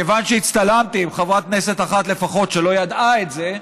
כיוון שהצטלמתי עם חברת כנסת אחת לפחות שלא ידעה את זה,